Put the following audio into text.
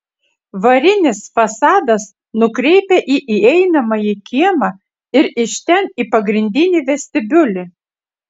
varinis fasadas nukreipia į įeinamąjį kiemą ir iš ten į pagrindinį vestibiulį